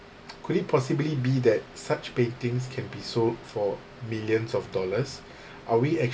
could it possibly be that such paintings can be sold for millions of dollars are we